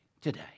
today